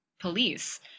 police